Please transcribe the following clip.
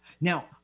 Now